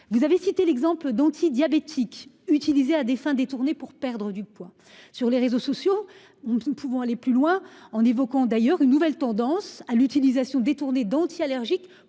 Vous avez cité l'exemple d'anti-diabétiques utilisé à des fins détournées pour perdre du poids sur les réseaux sociaux on ne pouvant aller plus loin. On évoque d'ailleurs une nouvelle tendance à l'utilisation détournée d'anti-allergiques